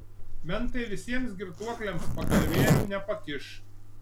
mentai visiems girtuokliams pagalvėlių nepakiš